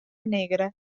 negra